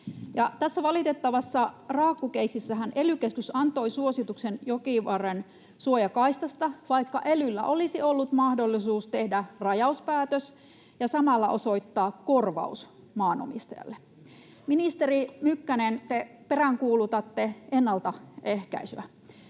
tässä valitettavassa raakkukeississähän ely-keskus antoi suosituksen jokivarren suojakaistasta, vaikka elyllä olisi ollut mahdollisuus tehdä rajauspäätös ja samalla osoittaa korvaus maanomistajalle. Ministeri Mykkänen, te peräänkuulutatte ennaltaehkäisyä.